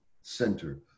center